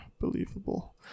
believable